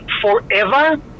forever